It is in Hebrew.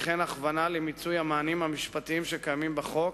וכן הכוונה למיצוי המענים המשפטיים שקיימים בחוק,